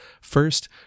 First